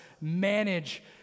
manage